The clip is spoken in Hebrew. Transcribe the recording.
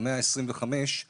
ה-125%